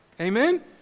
Amen